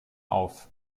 auf